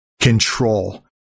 Control